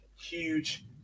huge